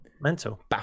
Mental